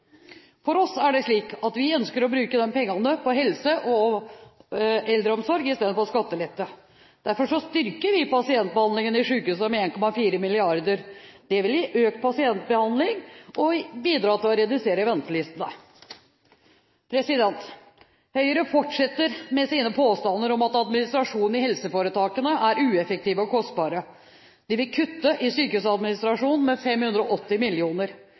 For oss er det slik at vi ønsker å bruke de pengene på helse og eldreomsorg i stedet for skattelette. Derfor styrker vi pasientbehandlingen i sykehusene med 1,4 mrd. kr. Det vil gi økt pasientbehandling og bidra til å redusere ventelisten. Høyre fortsetter med sine påstander om at administrasjonen i helseforetakene er ueffektiv og kostbar. De vil kutte i sykehusadministrasjonen med 580